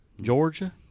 Georgia